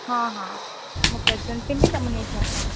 ହଁ ହଁ ମୁଁ ପ୍ରେଜେଣ୍ଟ ଥିବି ତମେ ନେଇକି ଆସ